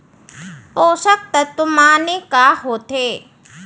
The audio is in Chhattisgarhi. पोसक तत्व माने का होथे?